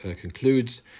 concludes